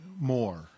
more